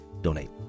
donate